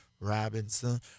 Robinson